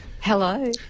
Hello